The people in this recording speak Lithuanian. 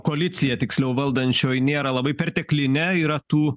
koalicija tiksliau valdančioji nėra labai perteklinė yra tų